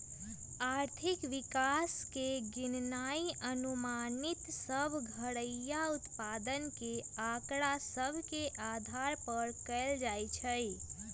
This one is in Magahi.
आर्थिक विकास के गिननाइ अनुमानित सभ घरइया उत्पाद के आकड़ा सभ के अधार पर कएल जाइ छइ